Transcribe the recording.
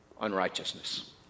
unrighteousness